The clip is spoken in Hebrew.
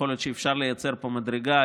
יכול להיות שאפשר לייצר פה מדרגה,